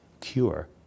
cure